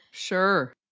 Sure